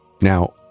Now